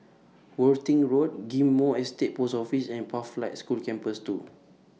Worthing Road Ghim Moh Estate Post Office and Pathlight School Campus two